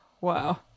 Wow